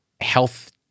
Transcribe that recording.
health